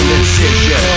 decision